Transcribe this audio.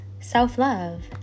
self-love